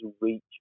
reach